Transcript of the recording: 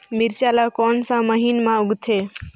मिरचा ला कोन सा महीन मां उगथे?